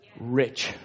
Rich